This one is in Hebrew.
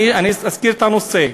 אני אזכיר את הנושא.